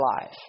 life